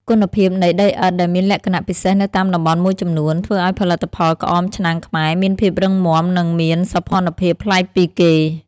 គុណភាពនៃដីឥដ្ឋដែលមានលក្ខណៈពិសេសនៅតាមតំបន់មួយចំនួន ធ្វើឱ្យផលិតផលក្អមឆ្នាំងខ្មែរមានភាពរឹងមាំ និងមានសោភ័ណភាពប្លែកពីគេ។